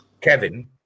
Kevin